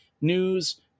news